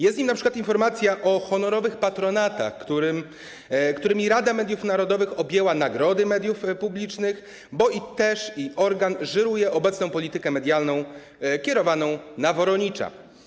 Jest w nim np. informacja o honorowych patronatach, którymi Rada Mediów Narodowych objęła nagrody mediów publicznych, bo organ żyruje też obecną politykę medialną kierowaną na Woronicza.